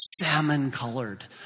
salmon-colored